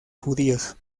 judíos